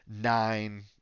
nine